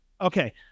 Okay